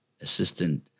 assistant